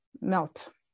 melt